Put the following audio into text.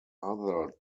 other